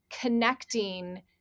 connecting